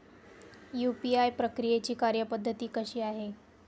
UPI प्रक्रियेची कार्यपद्धती कशी आहे?